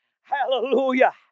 Hallelujah